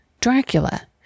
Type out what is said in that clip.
Dracula